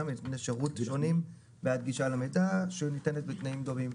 מנותני שירות שונים בעד גישה למידע שניתנת בתנאים דומים".